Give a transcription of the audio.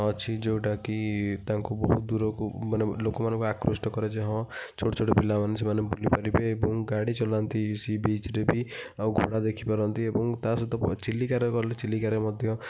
ଅଛି ଯେଉଁଟାକି ତାଙ୍କୁ ବହୁତ ଦୂରକୁ ମାନେ ଲୋକମାନଙ୍କୁ ଆକୃଷ୍ଟ କରେ ଯେ ହଁ ଛୋଟ ଛୋଟ ପିଲାମାନେ ସେମାନେ ବୁଲିପାରିବେ ଏବଂ ଗାଡ଼ି ଚଲାନ୍ତି ସି ବିଚ୍ରେ ବି ଆଉ ଘୋଡ଼ା ଦେଖିପାରନ୍ତି ଏବଂ ତା ସହିତ ବ ଚିଲିକାରେ ଗଲେ ଚିଲିକାରେ ମଧ୍ୟ